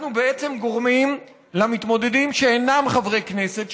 אנחנו בעצם גורמים למתמודדים שאינם חברי כנסת,